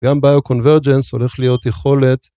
גם ביוקונברג'נס, הולך להיות יכולת,